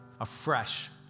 Afresh